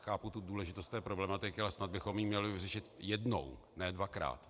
Chápu důležitost té problematiky, ale snad bychom ji měli vyřešit jednou, ne dvakrát.